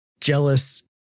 jealous